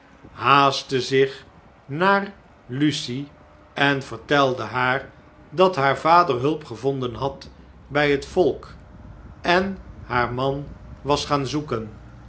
haastte zich naar lucie en vertelde haar dat haar vader hulp gevonden had bij het volk en haar man was gaan zoeken